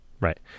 Right